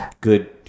good